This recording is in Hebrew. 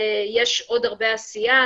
יש עוד הרבה עשייה.